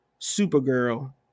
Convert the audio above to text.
Supergirl